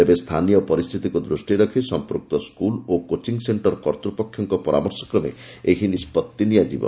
ତେବେ ସ୍ଥାନୀୟ ପରିସ୍ଥିତିକୁ ଦୃଷ୍ଟିରେ ରଖି ସମ୍ପୃକ୍ତ ସ୍କୁଲ ଓ କୋଚିଂ ସେଶ୍ଚର କର୍ତ୍ତୃପକ୍ଷଙ୍କ ପରାମର୍ଶ କ୍ରମେ ଏହି ନିଷ୍କଭି ନିଆଯିବ